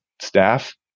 staff